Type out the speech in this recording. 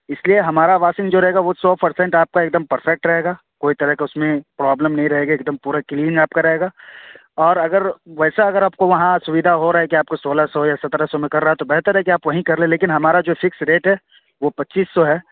اس لیے ہمارا واشنگ جو رہے گا وہ سو پرسنٹ آپ کا ایک دم پرفیکٹ رہے گا کوئی طرح کا اس میں پرابلم نہیں رہے گا ایک دم پورا کلین آپ کا رہے گا اور اگر ویسا اگر آپ کو وہاں سویدھا ہو رہا ہے کہ آپ کو سولہ سو یا سترہ سو میں کر رہا ہے تو بہتر ہے کہ وہیں کر لیں لیکن ہمارا جو فکس ریٹ ہے وہ پچیس سو ہے